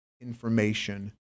information